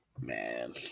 Man